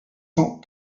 cent